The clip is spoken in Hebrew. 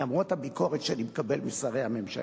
למרות הביקורת שאני מקבל משרי הממשלה.